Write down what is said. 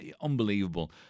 unbelievable